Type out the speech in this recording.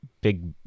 big